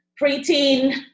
preteen